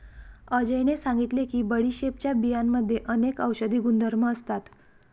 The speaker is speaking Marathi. अजयने सांगितले की बडीशेपच्या बियांमध्ये अनेक औषधी गुणधर्म असतात